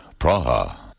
Praha